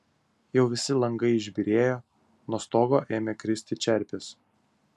jau visi langai išbyrėjo nuo stogo ėmė kristi čerpės